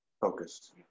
Focus